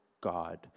God